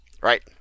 Right